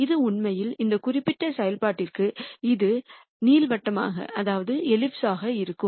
இது உண்மையில் இந்த குறிப்பிட்ட செயல்பாட்டிற்கு ஒரு நீள்வட்டமாக இருக்கும்